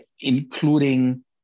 including